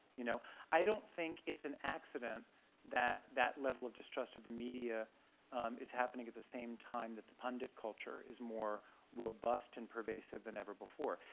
you know i don't think it's an accident that that level of distrust of the media is happening at the same time that the pundit culture is more robust and pervasive than ever before.